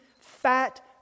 fat